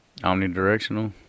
omnidirectional